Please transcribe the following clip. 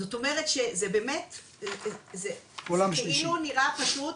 זאת אומרת שזה באמת כאילו נראה פשוט,